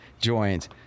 joins